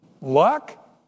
luck